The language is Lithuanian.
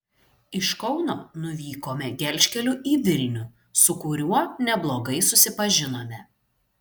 iš kauno nuvykome gelžkeliu į vilnių su kuriuo neblogai susipažinome